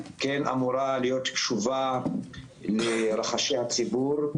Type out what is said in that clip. כן אמורה להיות קשובה לרחשי הציבור.